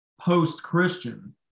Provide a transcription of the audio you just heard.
post-Christian